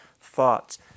thoughts